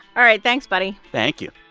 all right, thanks, buddy thank you